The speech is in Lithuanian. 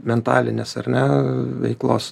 mentalinės ar ne veiklos